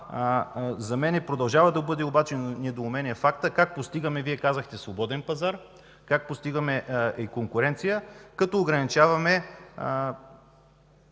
За мен продължава да буди недоумение фактът как постигаме – Вие казахте, свободен пазар, как постигаме конкуренция, като ограничаваме